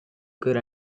good